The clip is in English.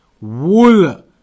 Wool